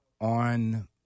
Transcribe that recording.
on